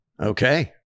Okay